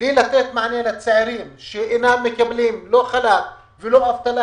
בלי לתת מענה לצעירים לא מקבלים לא חל"ת ולא אבטלה,